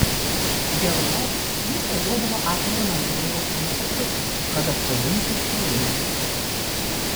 geru oru jis važiuodavo atviru lengvuoju automobiliu kad atpažintų kareiviai